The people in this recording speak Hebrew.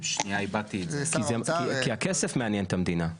כי הכסף מעניין את המדינה.